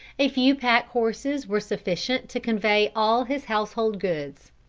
a few pack-horses were sufficient to convey all his household goods.